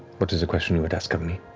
what is a question you would ask of me?